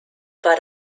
war